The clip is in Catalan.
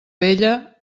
vella